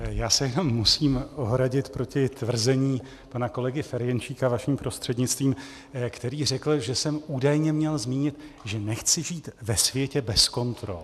Jenom se musím ohradit proti tvrzení pana kolegy Ferjenčíka vaším prostřednictvím, který řekl, že jsem údajně měl zmínit, že nechci žít ve světě bez kontrol.